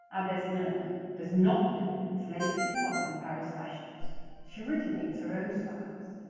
our best milliner, does not believe in slavishly following paris fashions she originates her own styles.